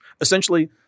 Essentially